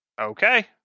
okay